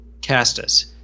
Castus